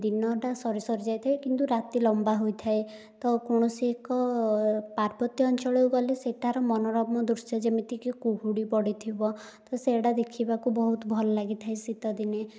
ଦିନଟା ସରି ସରି ଯାଇଥାଏ କିନ୍ତୁ ରାତି ଲମ୍ବା ହୋଇଥାଏ ତ କୌଣସି ଏକ ପାର୍ବତ୍ୟ ଅଞ୍ଚଳକୁ ଗଲେ ସେଠାର ମନୋରମ ଦୃଶ୍ୟ ଯେମିତିକି କୁହୁଡ଼ି ପଡ଼ିଥିବ ତ ସେଇଟା ଦେଖିବାକୁ ବହୁତ ଭଲ ଲାଗିଥାଏ ଶୀତ ଦିନେ